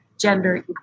gender